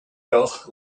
built